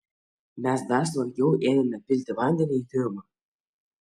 mes dar smarkiau ėmėme pilti vandenį į triumą